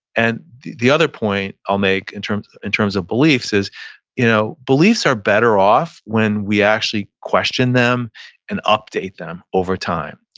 and the the other point i'll make in terms in terms of beliefs is you know beliefs are better off when we actually question them and update them over time.